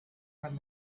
from